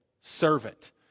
servant